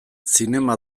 zinema